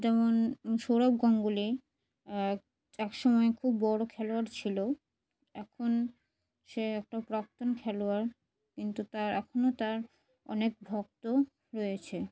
যেমন সৌরব গাঙ্গুলি এক এক সময় খুব বড় খেলোয়াড় ছিল এখন সে একটা প্রাক্তন খেলোয়াড় কিন্তু তার এখনও তার অনেক ভক্ত রয়েছে